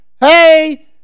hey